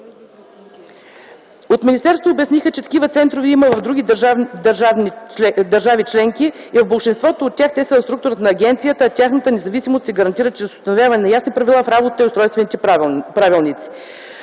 От министерството обясниха, че такива центрове има в другите държави членки и в болшинството от тях те са в структурата на агенцията, а тяхната независимост се гарантира чрез установяване на ясни правила за работа в устройствените правилници.